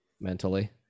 mentally